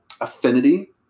affinity